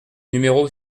numéro